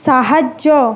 সাহায্য